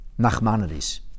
nachmanides